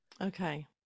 okay